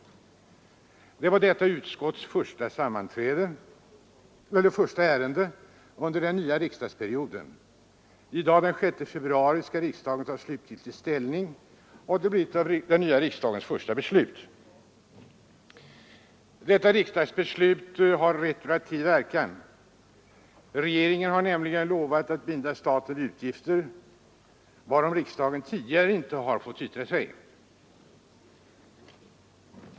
Det var detta utskotts första ärende under den nya riksdagsperioden. I dag, den 6 februari, skall riksdagen ta slutlig ställning, och det blir ett av den nya riksdagens första beslut. Detta riksdagsbeslut har retroaktiv verkan. Regeringen har nämligen lovat att binda staten vid utgifter varom riksdagen tidigare inte fått yttra sig.